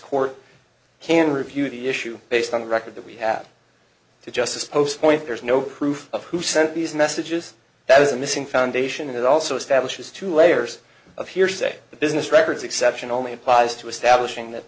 court can review the issue based on the record that we have to justice post point there's no proof of who sent these messages that was missing foundation and it also establishes two layers of hearsay the business records exception only applies to establishing that